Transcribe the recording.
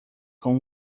com